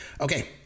Okay